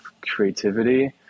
creativity